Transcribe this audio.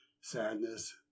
sadness